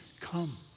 Come